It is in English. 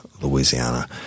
Louisiana